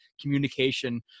communication